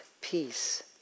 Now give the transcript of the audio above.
peace